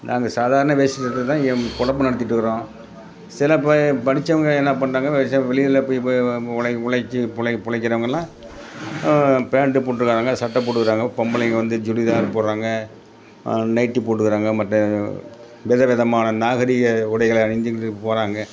நாங்கள் சாதாரண வேஷ்டி சட்டையில்தான் இங்கே பொழைப்பு நடத்திகிட்டுக்குறோம் சில பய படிச்சவங்க என்ன பண்ணுறாங்க விவசாயம் வெளியில் போய் இப்போ உழை உழைச்சி பொழை பொழைக்கிறவங்களாம் பேண்டு போட்டிருக்காங்க சட்டை போட்டுக்கிறாங்க பொம்பளைங்க வந்து சுடிதார் போடுறாங்க நைட்டி போட்டுக்கிறாங்க மற்ற வித விதமான நாகரீக உடைகளை அணிஞ்சிக்கிட்டு போகிறாங்க